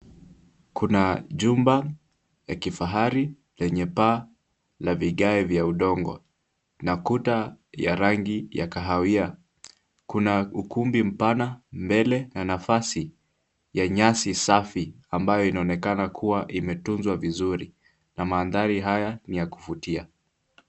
Kuna jumba la kifahari lenye paa na vigae vya udongo na kuta ya rangi ya kahawia . Kuna ukumbi mpana mbele na nafasi ya nyasi safi ambayo inaonekana kuwa imetunzwa vizuri na maandhari haya ni ya kuvutia.